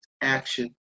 action